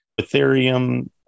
Ethereum